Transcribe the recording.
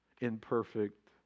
imperfect